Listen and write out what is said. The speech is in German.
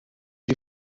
die